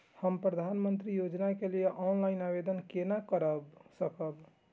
हम प्रधानमंत्री योजना के लिए ऑनलाइन आवेदन केना कर सकब?